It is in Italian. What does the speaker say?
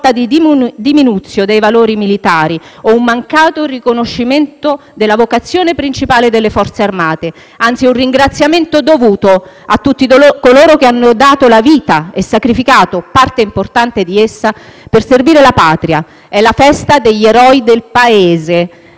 una sorta di *deminutio* dei valori militari o un mancato riconoscimento della vocazione principale delle Forze armate. Anzi, è un ringraziamento dovuto a tutti coloro che hanno dato la vita e sacrificato parte importante di essa per servire la patria. È la festa degli eroi del Paese,